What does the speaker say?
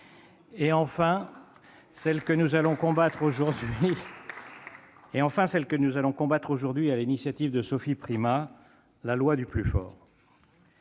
et, enfin, de celle que nous allons combattre aujourd'hui sur l'initiative de Sophie Primas, la loi du plus fort.